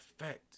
effect